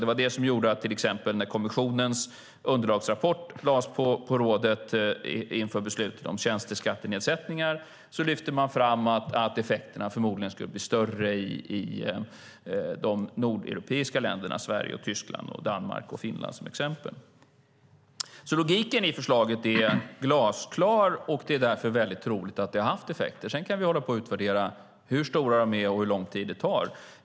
Det var det som gjorde att man när kommissionens underlagsrapport lades fram på rådet inför beslutet om tjänsteskattenedsättningar lyfte fram att effekterna förmodligen skulle bli större i de nordeuropeiska länderna, med Sverige, Tyskland, Danmark och Finland som exempel. Logiken i förslaget är glasklar, och det är därför väldigt troligt att det har haft effekter. Sedan kan vi hålla på och utvärdera hur stora de är och hur lång tid det tar.